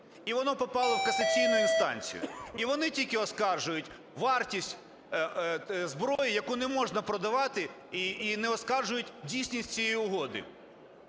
і воно попало в касаційну інстанцію. І вони тільки оскаржують вартість зброї, яку не можна продавати, і не оскаржують дійсність цієї угоди.